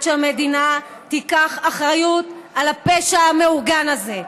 שהמדינה תיקח אחריות על הפשע המאורגן הזה.